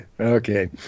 Okay